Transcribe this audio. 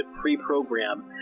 pre-program